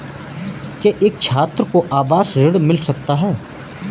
क्या एक छात्र को आवास ऋण मिल सकता है?